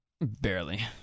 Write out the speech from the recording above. Barely